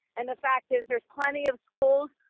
and the fact is there's plenty of schools,